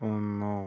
ഒന്നു